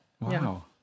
Wow